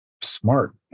smart